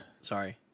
sorry